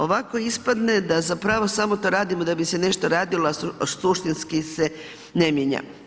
Ovako ispadne da zapravo samo to radimo da bi se nešto radilo a suštinski ne mijenja.